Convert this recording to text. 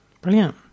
brilliant